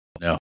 No